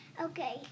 Okay